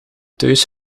thuis